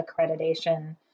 accreditation